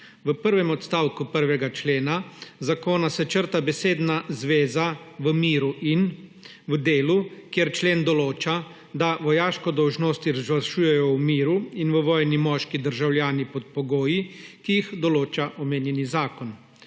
V prvem odstavku 1. člena zakona se črta besedna zveza »v miru in« v delu, kjer člen določa, da vojaško dolžnost izvršujejo v miru in v vojni moški državljani pod pogoji, ki jih določa omenjeni zakon.